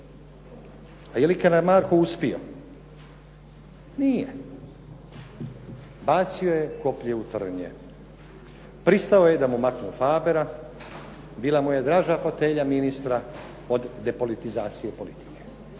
A je li Karamarko uspio? Nije. Bacio je koplje u trnje, pristao je da mu maknu Fabera, bila mu je draža fotelja ministra od depolitizacije politike.